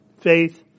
faith